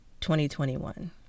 2021